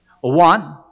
One